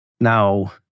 now